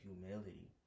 humility